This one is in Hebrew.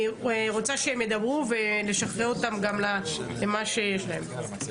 בשנה שעברה באותה תקופה עמדנו על 59 כלי נשק מוברחים,